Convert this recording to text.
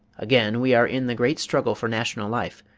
again we are in the great struggle for national life.